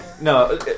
No